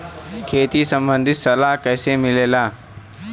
खेती संबंधित सलाह कैसे मिलेला?